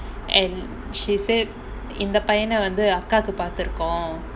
and she said இந்த பையன வந்து அக்காக்கு பார்த்துருக்கோம்:indha paiyana vandhu akkakku paarththurukkom